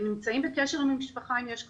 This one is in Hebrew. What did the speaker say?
נמצאים בקשר עם המשפחה אם יש קושי,